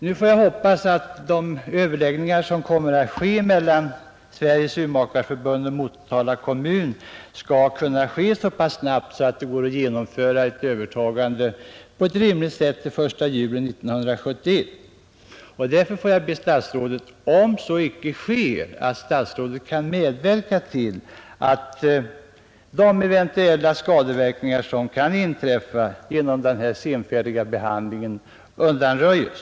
Nu får jag hoppas att överläggningarna mellan Sveriges Urmakareoch optikerförbund och Motala kommun skall kunna ske så snabbt att det går att genomföra ett övertagande på ett rimligt sätt till den 1 juli 1971. Om så icke sker, får jag be statsrådet medverka till att de skadeverkningar som eventuellt kan inträffa genom denna senfärdiga behandling undanröjes.